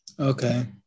Okay